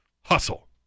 hustle